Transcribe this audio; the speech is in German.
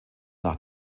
nach